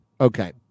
Okay